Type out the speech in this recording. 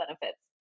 benefits